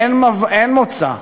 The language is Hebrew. אין מוצא,